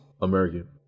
American